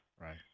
Right